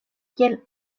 kiel